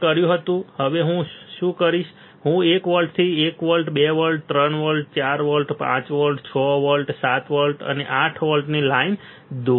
આ મેં કર્યું હતું હવે હું શું કરીશ હું એક વોલ્ટથી 1 volt 2 volt 3 volt 4 volt 5 volt 6 volt 7 volt અને 8 વોલ્ટથી લાઈન દોરીશ